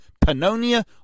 Pannonia